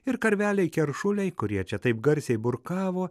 ir karveliai keršuliai kurie čia taip garsiai burkavo